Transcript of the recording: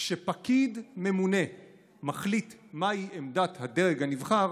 כשפקיד ממונה מחליט מהי עמדת הדרג הנבחר